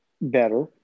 better